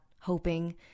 hoping